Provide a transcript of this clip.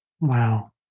Wow